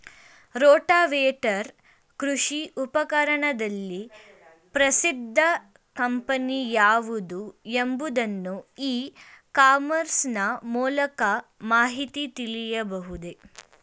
Rotavator ಕೃಷಿ ಉಪಕರಣದಲ್ಲಿ ಪ್ರಸಿದ್ದ ಕಂಪನಿ ಯಾವುದು ಎಂಬುದನ್ನು ಇ ಕಾಮರ್ಸ್ ನ ಮೂಲಕ ಮಾಹಿತಿ ತಿಳಿಯಬಹುದೇ?